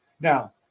Now